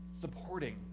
supporting